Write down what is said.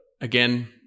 again